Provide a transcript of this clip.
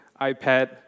iPad